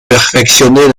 perfectionner